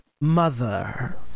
Mother